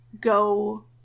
go